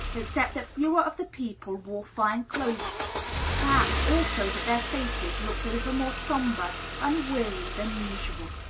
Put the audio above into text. except that fewer of the people wore fine clothes perhaps, also, that their faces looked a little more sombre and weary than usual.